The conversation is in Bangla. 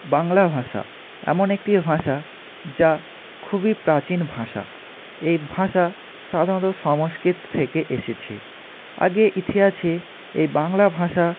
বাংলা ভাষা এমন একটি ভাষা যা খুবই প্রাচীন ভাষা এই ভাষা সাধারণ সংস্কৃত থেকে এসেছে আগে ইতিহাসে এই বাংলা ভাষা